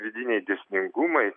vidiniai dėsningumai